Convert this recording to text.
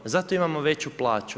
Zato imamo veću plaću.